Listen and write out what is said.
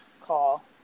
call